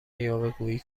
یاوهگویی